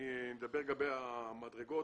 אני מדבר על המדרגות.